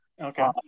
okay